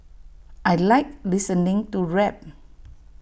I Like listening to rap